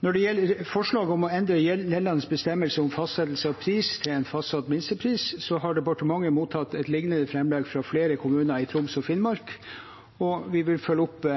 Når det gjelder forslaget om å endre gjeldende bestemmelser om fastsettelse av pris til en fastsatt minstepris, har departementet mottatt et liknende framlegg fra flere kommuner i Troms og Finnmark, og vi vil følge opp